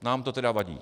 Nám to teda vadí!